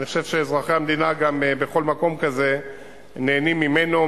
אני חושב שאזרחי המדינה בכל מקום כזה נהנים ממנו,